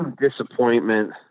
disappointment